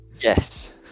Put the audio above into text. Yes